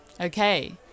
okay